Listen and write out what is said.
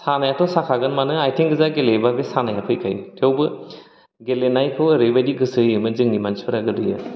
सानायाथ' साखागोन मानो आथिं गोजा गेलेयोबा बे सानाया फैखायो थेवबो गेलेयोमोन गेलेनायखौ ओरैबादि गोसो होयोमोन जोंनि मानसिफ्रा गोदोयो